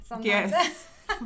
Yes